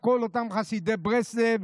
לכל אותם חסידי ברסלב,